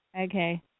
Okay